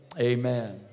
amen